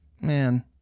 man